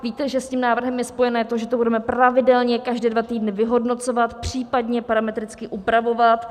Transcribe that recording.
Víte, že s tím návrhem je spojeno to, že to budeme pravidelně každé dva týdny vyhodnocovat, případně parametricky upravovat.